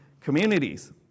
communities